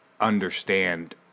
understand